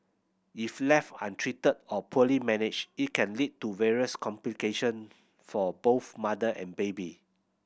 if left untreated or poorly managed it can lead to various complication for both mother and baby